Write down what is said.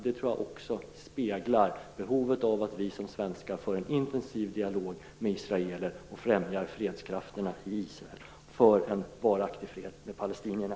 Det speglar behovet av att vi som svenskar för en intensiv dialog med israeler och främjar fredskrafterna i Israel, för en varaktig fred med palestinierna.